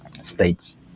states